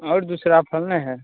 और दूसरा फल नहीं है